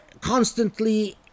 constantly